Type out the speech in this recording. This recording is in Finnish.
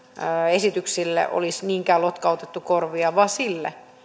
esityksille ei kyllä niinkään lotkautettu korvia vaan